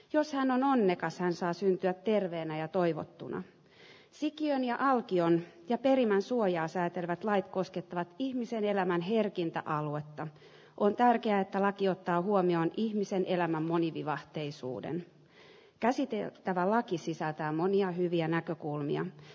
jos hän on onnekas hän saa syntyä terveenä ja toivottuna sikiön ja alkioon ja perimän suojaa säätelevät lait koskettavat ihmisen elämän herkintä aluetta on tärkeätä laki ottaa huomioon ihmisen elämän monivivahteisuuden käsite erottava laki sisältää monia hyviä näkökulmia